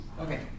Okay